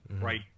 right